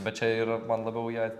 bet čia yra man labiau jie